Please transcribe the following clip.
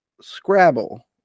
Scrabble